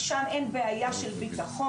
שם אין בעיה של ביטחון,